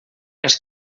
els